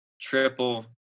triple